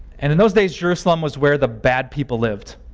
and in those days, jerusalem was where the bad people lived